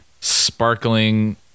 sparkling